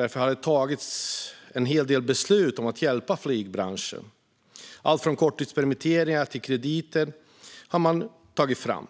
Därför har det tagits en hel del beslut om att hjälpa flygbranschen. Allt från korttidspermitteringar till krediter har tagits fram.